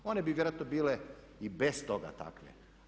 One bi vjerojatno bile i bez toga takve.